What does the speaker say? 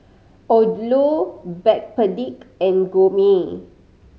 Odlo Backpedic and Gourmet